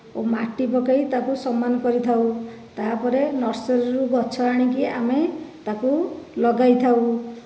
ଓ ମାଟି ପକାଇ ତାକୁ ସମାନ କରିଥାଉ ତାପରେ ନର୍ସରୀରୁ ଗଛ ଆଣିକି ଆମେ ତାକୁ ଲଗାଇଥାଉ